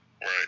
Right